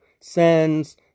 sends